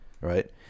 right